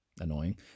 annoying